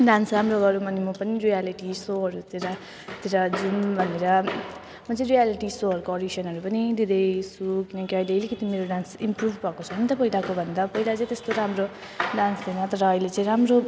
dance राम्रो गरौँ अनि म पनि रियालिटी सोहरूतिर तिर जाऊँ भनेर म चाहिँ रियालिटी सोहरूको अडिसनहरू पनि दिँदैछु किनकि अहिले अलिकति मेरो डान्स इम्प्रुभ भएको छ नि त पहिलाको भन्दा पहिला चाहिँ त्यस्तो राम्रो डान्स थिएन तर अहिले चाहिँ राम्रो